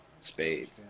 spades